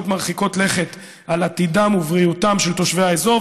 מרחיקות לכת על עתידם ובריאותם של תושבי האזור,